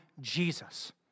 Jesus